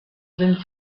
sind